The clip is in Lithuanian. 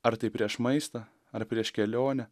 ar tai prieš maistą ar prieš kelionę